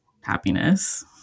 happiness